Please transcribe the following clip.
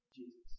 Jesus